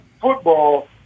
football